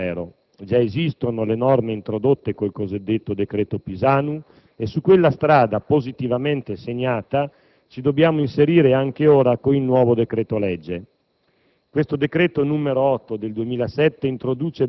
Noi non partiamo, legislativamente parlando, da zero: già esistono le norme introdotte con il cosiddetto decreto Pisanu e su quella strada, positivamente segnata, ci dobbiamo inserire anche ora con il nuovo decreto-legge.